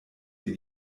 ihr